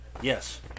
yes